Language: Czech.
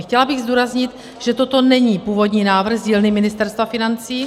Chtěla bych zdůraznit, že toto není původní návrh z dílny Ministerstva financí.